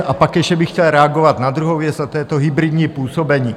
A pak ještě bych chtěl reagovat na druhou věc a to je to hybridní působení.